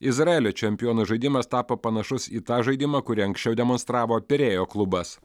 izraelio čempionų žaidimas tapo panašus į tą žaidimą kurį anksčiau demonstravo pirėjo klubas